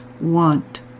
want